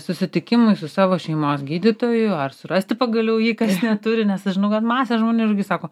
susitikimui su savo šeimos gydytoju ar surasti pagaliau jei kas neturi nes aš žinau kad masė žmonių irgi sako